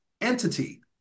entity